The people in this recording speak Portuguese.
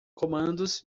comandos